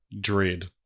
dread